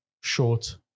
short